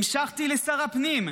המשכתי לשר הפנים,